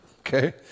okay